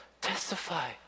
Testify